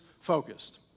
focused